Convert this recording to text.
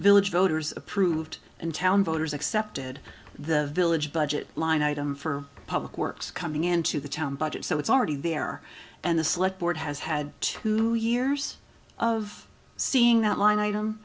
village voters approved and town voters accepted the village budget line item for public works coming into the town budget so it's already there and the sled board has had two years of seeing that line item